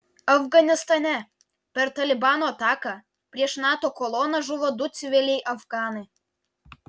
afganistane per talibano ataką prieš nato koloną žuvo du civiliai afganai